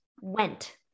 went